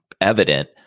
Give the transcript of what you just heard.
evident